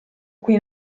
qui